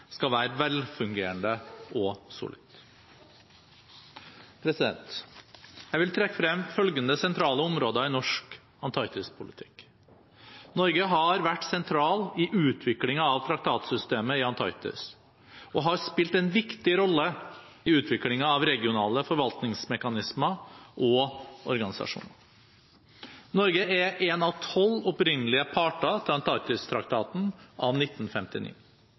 skal være velfungerende og solid. Jeg vil trekke frem følgende sentrale områder i norsk antarktispolitikk: Norge har vært sentral i utviklingen av traktatsystemet i Antarktis og har spilt en viktig rolle i utviklingen av regionale forvaltningsmekanismer og -organisasjoner. Norge er én av tolv opprinnelige parter til Antarktistraktaten av 1959,